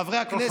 כל חברי הכנסת,